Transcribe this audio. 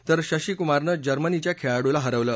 तर शशी कुमारनं जर्मनीच्या खेळाडूला हरवलं